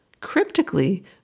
Cryptically